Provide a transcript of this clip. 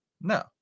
No